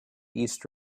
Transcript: east